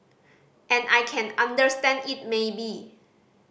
and I can understand it maybe